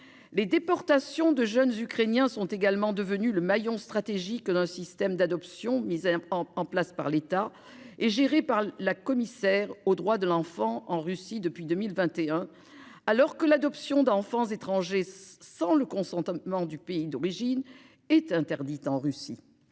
Les déportations de jeunes ukrainiens sont également devenues le maillon stratégique d'un système d'adoption mis en place par l'État et géré par la commissaire aux droits de l'enfant en Russie depuis 2021, alors que l'adoption d'enfants étrangers sans le consentement du pays d'origine est interdite en Russie.